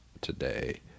today